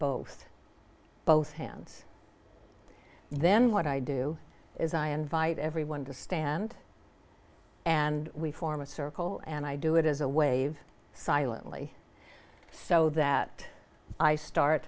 both both hands then what i do is i invite everyone to stand and we form a circle and i do it as a wave silently so that i start